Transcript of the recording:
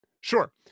Sure